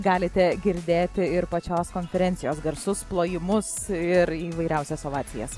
galite girdėti ir pačios konkurencijos garsus plojimus ir įvairiausias ovacijas